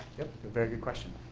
a very good question.